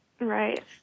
Right